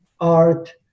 art